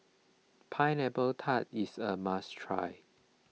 Pineapple Tart is a must try